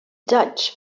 dutch